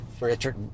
Richard